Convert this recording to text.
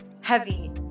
heavy